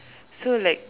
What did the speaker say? so like